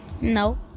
No